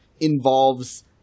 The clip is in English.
involves